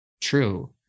true